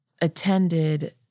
attended